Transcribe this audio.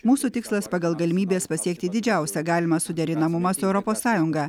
mūsų tikslas pagal galimybes pasiekti didžiausią galimą suderinamumą su europos sąjunga